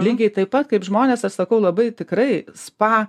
lygiai taip pat kaip žmonės aš sakau labai tikrai spa